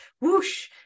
whoosh